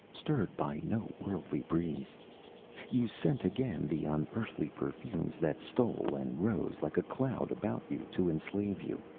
stirred by no worldly breeze you scent again the unearthly perfumes that stole and rose like a cloud about you to enslave you.